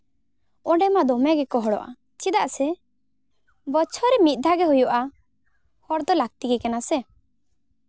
ᱚᱸᱰᱮ ᱢᱟ ᱫᱚᱢᱮ ᱜᱮᱠᱚ ᱦᱚᱲᱚᱜᱼᱟ ᱪᱮᱫᱟᱜ ᱥᱮ ᱵᱚᱪᱷᱚᱨ ᱨᱮ ᱢᱤᱫ ᱫᱷᱟᱣ ᱜᱮ ᱦᱩᱭᱩᱜᱼᱟ ᱦᱚᱲ ᱫᱚ ᱞᱟᱹᱠᱛᱤ ᱜᱮ ᱠᱟᱱᱟ ᱥᱮ